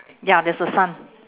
ya there's a sun